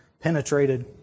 penetrated